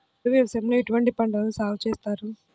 పోడు వ్యవసాయంలో ఎటువంటి పంటలను సాగుచేస్తారు?